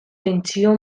tentsio